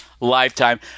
Lifetime